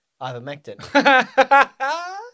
ivermectin